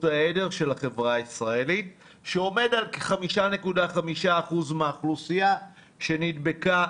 העדר בחברה הישראלית שעומד על כ-5.5 אחוזים מהאוכלוסייה שנדבקה